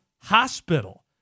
hospital